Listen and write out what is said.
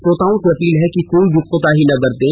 श्रोताओं से अपील है कि कोई भी कोताही न बरतें